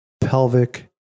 pelvic